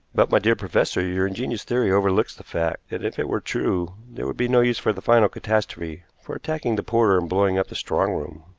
but, my dear professor, your ingenious theory overlooks the fact that, if it were true, there would be no use for the final catastrophe for attacking the porter and blowing up the strong-room.